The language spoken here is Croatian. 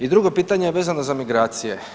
I drugo pitanje je vezano za migracije.